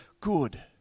good